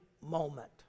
moment